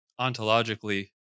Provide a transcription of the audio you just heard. ontologically